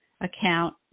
account